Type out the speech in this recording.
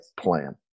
plan